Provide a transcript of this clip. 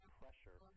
pressure